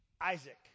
Isaac